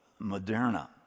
moderna